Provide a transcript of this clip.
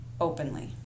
openly